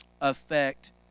affect